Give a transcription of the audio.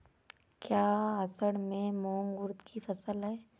क्या असड़ में मूंग उर्द कि फसल है?